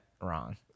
wrong